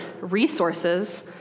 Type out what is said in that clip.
resources